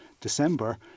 December